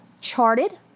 charted